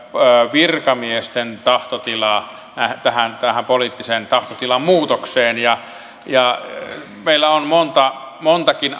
virkamiesten tahtotilaa tähän poliittisen tahtotilan muutokseen meillä on montakin